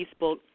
Facebook